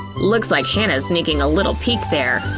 looks like hannah's sneaking a little peak, there!